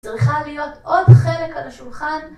צריכה להיות עוד חלק על השולחן?